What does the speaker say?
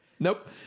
Nope